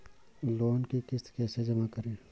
Loan की किश्त कैसे जमा करें?